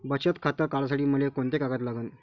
बचत खातं काढासाठी मले कोंते कागद लागन?